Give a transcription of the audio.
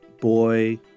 boy